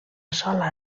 sola